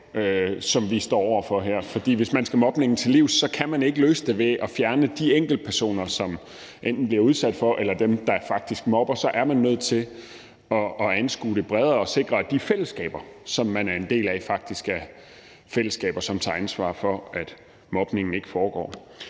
som vi står over for her. For hvis man skal mobningen til livs, kan man ikke løse det ved at fjerne de enkeltpersoner, som enten bliver udsat for mobning eller faktisk mobber; så er man nødt til at anskue det bredere og sikre, at de fællesskaber, som man er en del af, faktisk er fællesskaber, som tager ansvar for, at mobningen ikke foregår.